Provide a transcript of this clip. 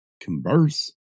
converse